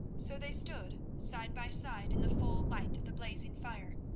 so they stood side by side in the full light of the blazing fire,